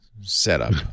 setup